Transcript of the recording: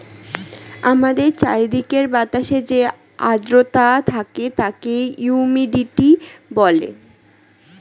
আমাদের চারিদিকের বাতাসে যে আর্দ্রতা থাকে তাকে হিউমিডিটি বলে